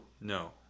No